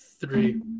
Three